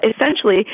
essentially